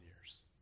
years